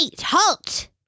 halt